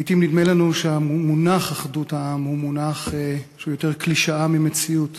לעתים נדמה לנו שהמונח "אחדות העם" הוא מונח שהוא יותר קלישאה ממציאות.